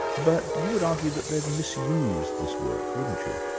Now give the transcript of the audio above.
but you would argue that they've misused this work, wouldn't you?